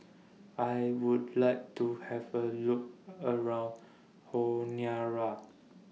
I Would like to Have A Look around Honiara